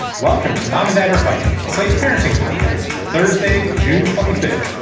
welcome to mom and dad are fighting sweet parenting podcast for thursday, june twenty fifth.